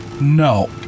No